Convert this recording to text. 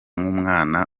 nk’umwana